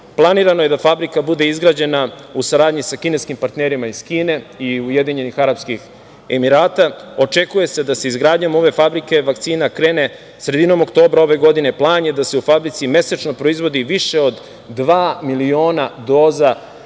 planirano je da fabrika bude izgrađena u saradnji sa kineskim partnerima iz Kine i UEA, očekuje se da izgradnjom ove fabrike vakcina krene sredinom oktobra ove godine. Plan je da se u fabrici mesečno proizvodi više od dva miliona doza